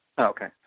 Okay